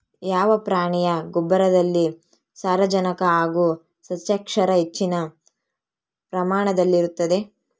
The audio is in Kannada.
ಯಾವ ಪ್ರಾಣಿಯ ಗೊಬ್ಬರದಲ್ಲಿ ಸಾರಜನಕ ಹಾಗೂ ಸಸ್ಯಕ್ಷಾರ ಹೆಚ್ಚಿನ ಪ್ರಮಾಣದಲ್ಲಿರುತ್ತದೆ?